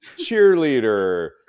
cheerleader